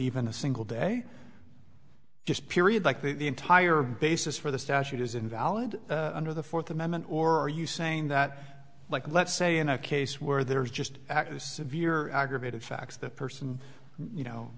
even a single day just period likely the entire basis for the statute is invalid under the fourth amendment or are you saying that like let's say in a case where there's just act as severe aggravated facts the person you know